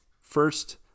First